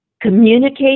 Communicate